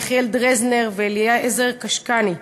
יחיאל דרזנר ואליעזר קשאני,